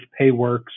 PayWorks